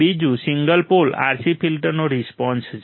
બીજું single pole RC ફિલ્ટરનો response છે